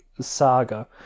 saga